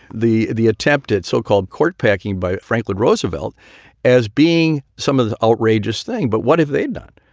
the the attempted so-called court packing by franklin roosevelt as being some of the outrageous thing but what have they done?